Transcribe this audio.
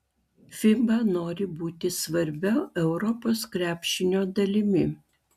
fiba nori būti svarbia europos krepšinio dalimi